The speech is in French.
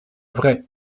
vraie